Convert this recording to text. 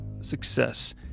success